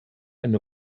einen